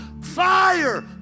fire